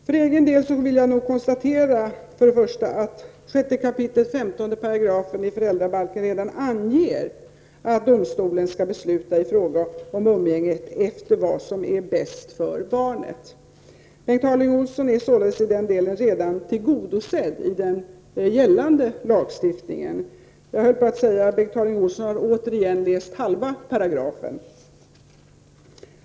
För egen del vill jag konstatera att 6 kap. 15 § föräldrabalken redan anger att domstolen skall besluta i fråga om umgänge efter vad som är bäst för barnet. Bengt Harding Olson är således i den delen redan tillgodosedd i den gällande lagstiftningen. Jag höll på att säga att Bengt Harding Olson återigen bara har läst halva paragrafen.